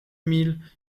mille